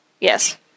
Yes